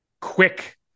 quick